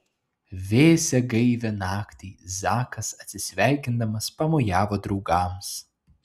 vėsią gaivią naktį zakas atsisveikindamas pamojavo draugams